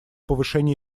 повышение